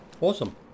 Awesome